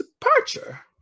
departure